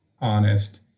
honest